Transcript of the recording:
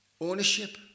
ownership